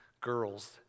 girls